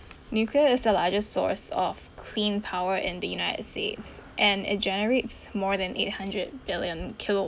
nuclear is the largest source of clean power in the united states and it generates more than eight hundred billion kilowatt